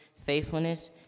faithfulness